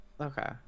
okay